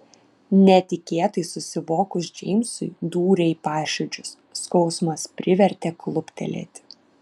netikėtai susivokus džeimsui dūrė į paširdžius skausmas privertė kluptelėti